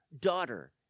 daughter